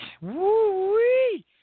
Woo-wee